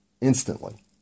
instantly